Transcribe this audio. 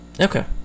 Okay